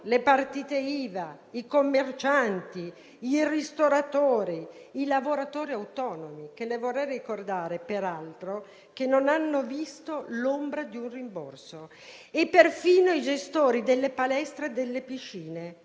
le partite IVA, i commercianti, i ristoratori, i lavoratori autonomi (che peraltro - glielo vorrei ricordare - non hanno visto l'ombra di un rimborso) e perfino i gestori delle palestre e delle piscine,